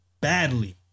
badly